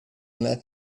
less